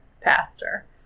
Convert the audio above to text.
pastor